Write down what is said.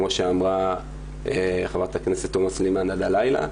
כמו שאמרה חברת הכנסת תומא סלימאן עד הלילה,